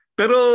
pero